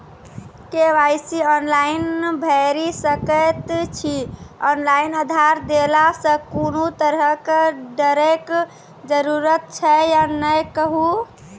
KYC online भैरि सकैत छी, ऑनलाइन आधार देलासॅ कुनू तरहक डरैक जरूरत छै या नै कहू?